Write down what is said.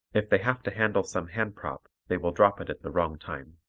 if they have to handle some hand-prop, they will drop it at the wrong time.